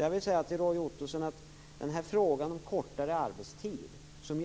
Jag vill säga till Roy Ottosson att frågan om kortare arbetstid, som